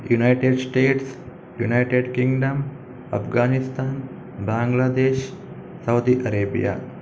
United States United Kingdom Afghanistan Bangladesh Saudi Arabia